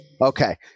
Okay